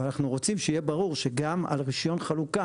אבל אנחנו רוצים שיהיה ברור שגם על רישיון חלוקה